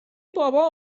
بابا